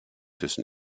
dessen